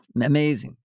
Amazing